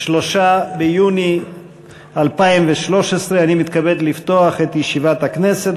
3 ביוני 2013. אני מתכבד לפתוח את ישיבת הכנסת.